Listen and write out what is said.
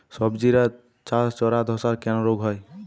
সবজির চারা ধ্বসা রোগ কেন হয়?